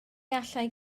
allai